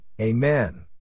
Amen